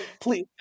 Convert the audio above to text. please